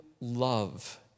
love